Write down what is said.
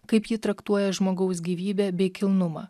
kaip ji traktuoja žmogaus gyvybę bei kilnumą